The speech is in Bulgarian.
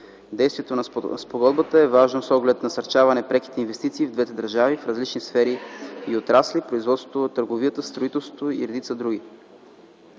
Действието на спогодбата е важно с оглед насърчаване на преките инвестиции в двете държави в различни сфери и отрасли, в производството и търговията, в строителството и редица други.